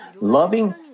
loving